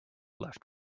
left